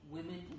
Women